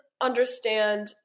understand